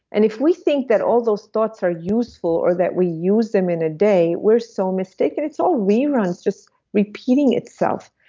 and if we think that all those thoughts are useful or that we use them in day we're so mistaken. it's all reruns just repeating itself.